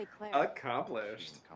Accomplished